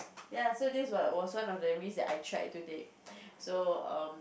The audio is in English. ya so this what was one of the risk that I tried to take so um